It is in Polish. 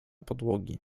podłogi